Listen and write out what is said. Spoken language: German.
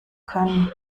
können